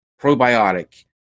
probiotic